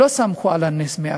לא סמכו על הנס אז.